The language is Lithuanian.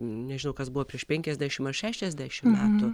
nežinau kas buvo prieš penkiasdešim ar šešiasdešim metų